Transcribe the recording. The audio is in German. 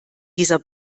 dieser